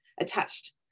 attached